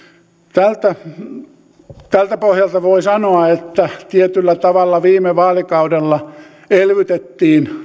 tältä tältä pohjalta voi sanoa että tietyllä tavalla viime vaalikaudella elvytettiin